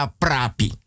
prapi